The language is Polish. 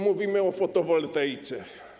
Mówimy tu o fotowoltaice.